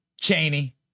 Cheney